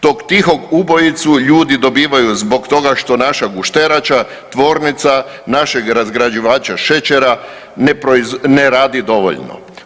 Tog tihog ubojicu ljudi dobivaju zbog toga što naša gušterača, tvornica našeg razgrađivača šećera ne radi dovoljno.